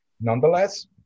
nonetheless